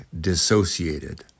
dissociated